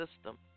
system